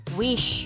wish